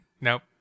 Nope